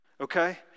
okay